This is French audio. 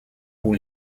pour